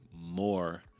more